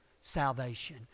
salvation